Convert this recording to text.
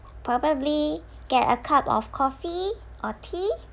probably get a cup of coffee or tea